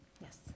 yes